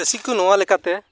ᱪᱟᱹᱥᱤ ᱠᱚ ᱱᱚᱣᱟ ᱞᱮᱠᱟᱛᱮ